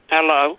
Hello